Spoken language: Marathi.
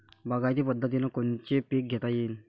बागायती पद्धतीनं कोनचे पीक घेता येईन?